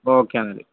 okay എന്നാൽ